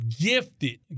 Gifted